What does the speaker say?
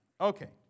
Okay